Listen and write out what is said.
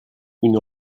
une